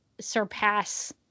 surpass